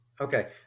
Okay